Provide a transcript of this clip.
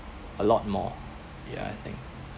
a lot more ya I think